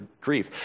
grief